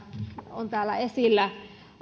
on täällä esillä